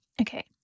okay